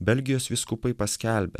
belgijos vyskupai paskelbė